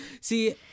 See